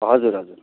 हजुर हजुर